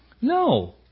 No